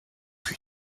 rue